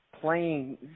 playing